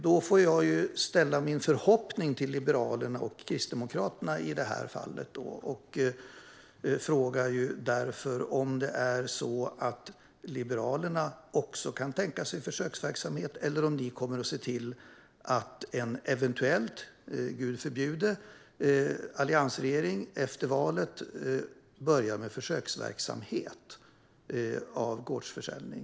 Då får jag ställa min förhoppning till Liberalerna och Kristdemokraterna i detta fall. Därför undrar jag om Liberalerna också kan tänka sig en försöksverksamhet, och om ni kommer att se till att en eventuell - gud förbjude - alliansregering efter valet börjar med en försöksverksamhet av gårdsförsäljning.